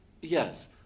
Yes